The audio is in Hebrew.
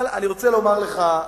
אבל אני רוצה לומר לך,